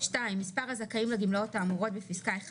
(2)מספר הזכאים לגמלאות האמורות בפסקה (1),